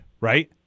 right